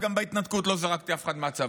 גם בהתנתקות לא זרקתי אף אחד מהצבא,